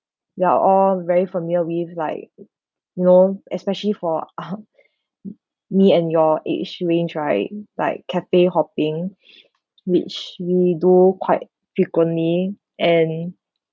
you are all very familiar with like you know especially for me and your age range right like cafe hopping which we do quite frequently and